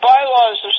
Bylaws